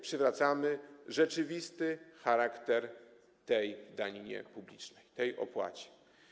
Przywracamy rzeczywisty charakter tej daniny publicznej, tej opłaty.